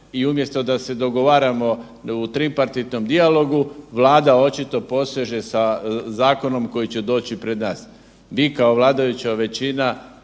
I umjesto da se dogovaramo u tripartitnom dijalogu, Vlada očito poseže sa zakonom koji će doći pred nas. Vi kao vladajuća većina